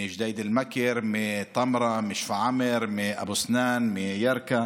מג'דיידה-מכר, מטמרה, משפרעם, מאבו סנאן, מירכא,